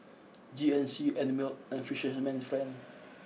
G N C Einmilk and Fisherman's friend